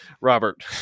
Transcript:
Robert